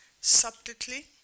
subtly